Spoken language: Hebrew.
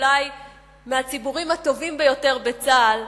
אולי מהציבורים הטובים ביותר בצה"ל,